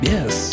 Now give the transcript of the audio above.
Yes